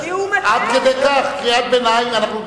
זו קריאת ביניים.